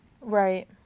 Right